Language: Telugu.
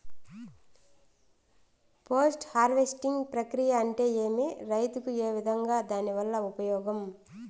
పోస్ట్ హార్వెస్టింగ్ ప్రక్రియ అంటే ఏమి? రైతుకు ఏ విధంగా దాని వల్ల ఉపయోగం?